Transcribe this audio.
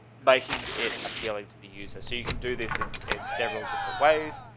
making it appealing to the user. so you can do this in and several different ways.